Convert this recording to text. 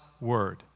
word